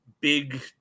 big